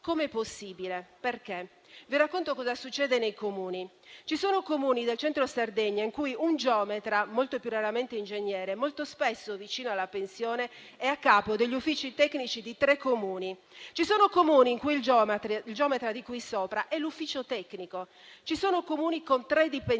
Come è possibile, perché? Vi racconto cosa succede nei Comuni. Ci sono Comuni del centro della Sardegna in cui un geometra (molto più raramente un ingegnere) molto spesso vicino alla pensione è a capo degli uffici tecnici di tre Comuni; ci sono Comuni in cui il geometra di cui sopra è l'ufficio tecnico; ci sono Comuni con tre dipendenti;